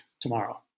tomorrow